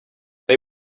they